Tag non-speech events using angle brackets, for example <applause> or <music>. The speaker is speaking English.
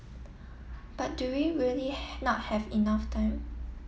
but do we really <unintelligible> not have enough time